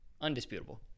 Undisputable